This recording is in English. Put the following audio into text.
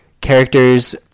characters